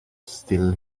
still